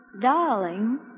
Darling